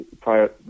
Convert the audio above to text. prior